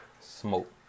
smoke